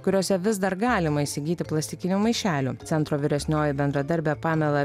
kuriose vis dar galima įsigyti plastikinių maišelių centro vyresnioji bendradarbė pamela